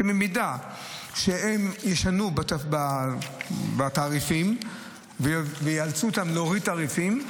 שאם הם ישנו את התעריפים ויאלצו אותם להוריד תעריפים,